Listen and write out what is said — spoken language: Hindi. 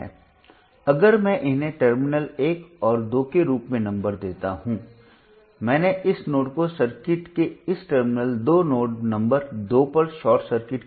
अगर मैं इन्हें टर्मिनल 1 और 2 के रूप में नंबर देता हूं मैंने इस नोड को सर्किट के इस टर्मिनल दो नोड नंबर 2 पर शॉर्ट सर्किट किया